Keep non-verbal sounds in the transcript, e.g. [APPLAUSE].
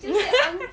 [LAUGHS]